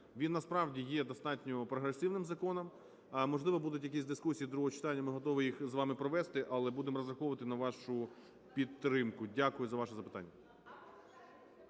Він насправді є достатньо прогресивним законом. Можливо, будуть якісь дискусії до другого читання, ми готові їх з вами їх провести, але будемо розраховувати на вашу підтримку. Дякую за ваше запитання.